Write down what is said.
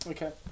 Okay